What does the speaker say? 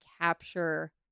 capture